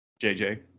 JJ